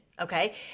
okay